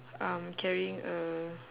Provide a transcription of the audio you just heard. um carrying a